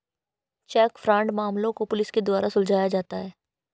check fraud मामलों को पुलिस के द्वारा सुलझाया जाता है